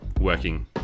working